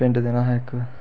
पिंड देना हा इक